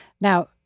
Now